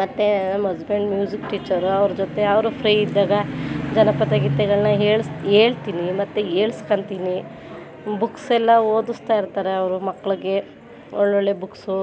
ಮತ್ತು ನಮ್ಮ husband music teacher ಅವ್ರ ಜೊತೆ ಅವರು ಫ್ರೀ ಇದ್ದಾಗ ಜನಪದ ಗೀತೆಗಳನ್ನ ಹೇಳ್ಸಿ ಹೇಳ್ತೀನಿ ಮತ್ತು ಹೇಳ್ಸ್ಕೊಳ್ತೀನಿ ಬುಕ್ಸೆಲ್ಲ ಓದಿಸ್ತಾಯಿರ್ತಾರೆ ಅವರು ಮಕ್ಳಿಗೆ ಒಳ್ಳೊಳ್ಳೆ ಬುಕ್ಸು